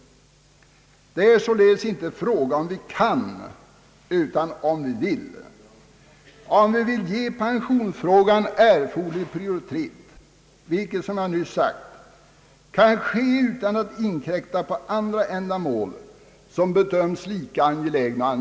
Det är således inte en fråga om vi kan utan om vi vill ge pensionsreformen erforderlig prioritet, vilket — som jag nyss sagt — kan ske utan att vi inkräktar på andra ändamål som bedöms angelägnare.